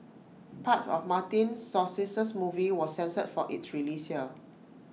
parts of Martin Scorsese's movie was censored for its release here